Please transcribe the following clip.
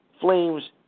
Flames